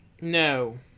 No